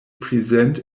present